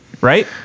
right